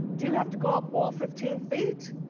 do you have to go up all fifteen feet?